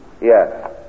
Yes